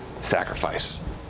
sacrifice